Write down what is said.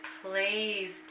please